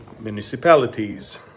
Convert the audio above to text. municipalities